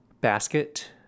basket